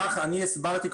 אני הסברתי,